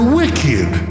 wicked